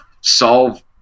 solve